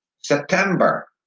September